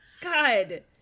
god